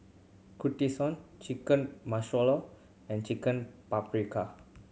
Kushikatsu Chicken and Chicken Paprika